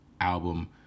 album